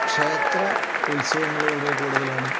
ക്ഷേത്ര ഉത്സവങ്ങൾ വളരെ കൂടുതലാണ്